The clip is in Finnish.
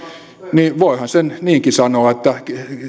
niin voihan sen niinkin sanoa että